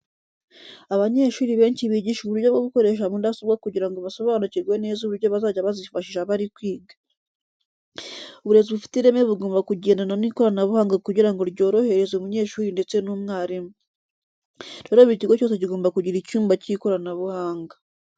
Abanyeshuri benshi bigishwa uburyo bwo gukoresha mudasobwa kugira ngo basobanukirwe neza uburyo bazajya bazifashisha bari kwiga. Uburezi bufite ireme bugomba kugendana n'ikoranabuhanga kugira ngo ryorohereze umunyeshuri ndetse n'umwarimu. Rero buri kigo cyose kigomba kugira icyumba cy'ikoranabuhanga.